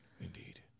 Indeed